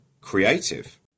creative